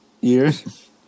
years